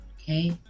Okay